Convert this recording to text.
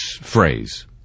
phrase